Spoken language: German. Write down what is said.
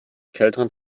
kälteren